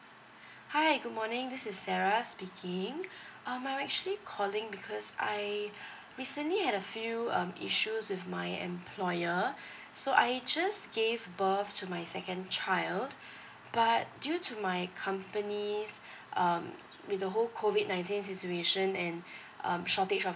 hi good morning this is sara speaking um I'm actually calling because I recently had a few um issues with my employer so I just gave birth to my second child but due to my company's um with the whole COVID nineteen situation and um shortage of